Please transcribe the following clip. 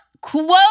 quote